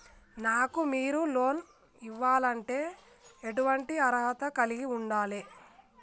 నాకు మీరు లోన్ ఇవ్వాలంటే ఎటువంటి అర్హత కలిగి వుండాలే?